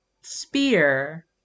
spear